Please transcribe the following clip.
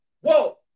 whoa